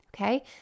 Okay